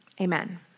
Amen